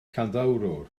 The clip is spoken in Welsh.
llanddowror